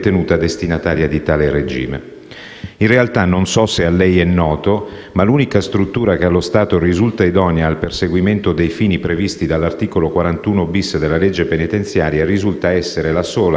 In realtà, non so se a lei è noto, ma l'unica struttura che allo stato risulta idonea al perseguimento dei fini previsti dall'articolo 41-*bis* della legge penitenziaria risulta essere la casa circondariale di Sassari.